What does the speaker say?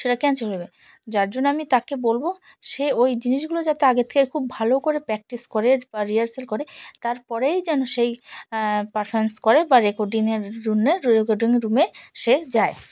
সেটা ক্যানসেল হবে যার জন্য আমি তাকে বলবো সে ওই জিনিসগুলো যাতে আগের থেকে খুব ভালো করে প্র্যাকটিস করে বা রিহার্সাল করে তারপরেই যেন সেই পারফমান্স করে বা রেকর্ডিংয়ের রুমে রেকর্ডিং রুমে সে যায়